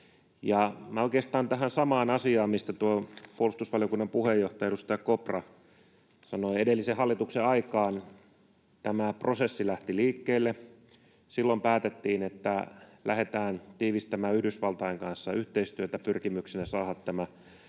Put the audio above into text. oikeastaan tähän samaan asiaan, mistä puolustusvaliokunnan puheenjohtaja, edustaja Kopra sanoi, että edellisen hallituksen aikaan tämä prosessi lähti liikkeelle. Silloin päätettiin, että lähdetään tiivistämään Yhdysvaltain kanssa yhteistyötä pyrkimyksenä saada tämä DCA-sopimus